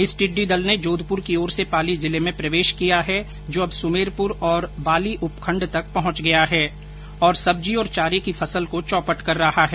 इस टिड़डी दल ने जोधपुर की ओर से पाली जिले में प्रवेश किया है जो अब सुमेरपुर और वाली उपखंड तक पहुंच गया है और सब्जी और चारे को चौपट कर रहा है